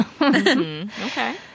Okay